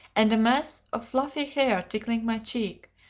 and a mass of fluffy hair tickling my cheek,